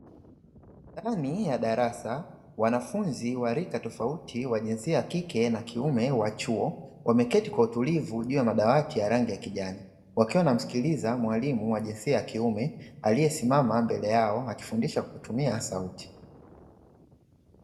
Ndani ya darasa wanafunzi wa rika tofauti wa jnsia ya kike na kiume wa chuo wameketi kwa utulivu juu ya madawati ya rangi ya kijani, wakiwa wanamsikiliza mwalimu wa jinsia ya kiume aliyesimama mbele yao akifundisha kwa kutumia sauti.